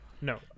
no